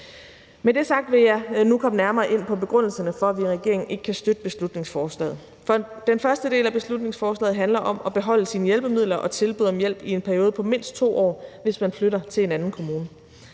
Med det sagt vil jeg nu komme nærmere ind på begrundelserne for, at vi i regeringen ikke kan støtte beslutningsforslaget. Den første del af beslutningsforslaget handler om at beholde sine hjælpemidler og tilbud om hjælp i en periode på mindst 2 år, hvis man flytter til en anden kommune.